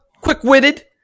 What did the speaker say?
quick-witted